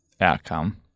outcome